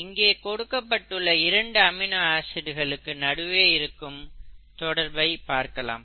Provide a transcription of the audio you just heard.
இங்கே கொடுக்கப்பட்டுள்ள இரண்டு அமினோ ஆசிடுக்கு நடுவே நடக்கும் தொடர்பை பார்க்கலாம்